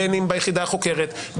בין אם ביחידה החוקרת,